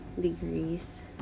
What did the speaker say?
degrees